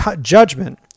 Judgment